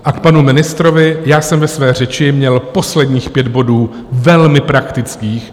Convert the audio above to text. A k panu ministrovi: Já jsem ve své řeči měl posledních pět bodů velmi praktických.